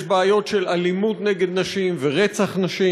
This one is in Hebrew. יש בעיות של אלימות נגד נשים ורצח נשים,